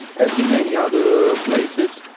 as in many other places,